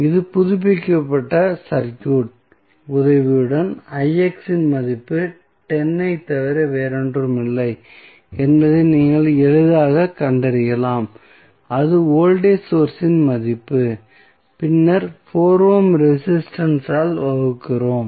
இந்த புதுப்பிக்கப்பட்ட சர்க்யூட் உதவியுடன் இன் மதிப்பு 10 ஐத் தவிர வேறொன்றுமில்லை என்பதை நீங்கள் எளிதாகக் கண்டறியலாம் அது வோல்டேஜ் சோர்ஸ் இன் மதிப்பு பின்னர் 4 ஓம் ரெசிஸ்டன்ஸ் ஆல் வகுக்கிறோம்